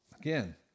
Again